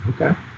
Okay